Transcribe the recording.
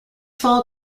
fall